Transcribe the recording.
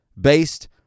based